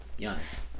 Giannis